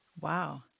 Wow